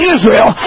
Israel